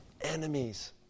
enemies